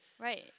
Right